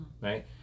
Right